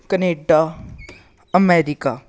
Canada America